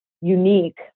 unique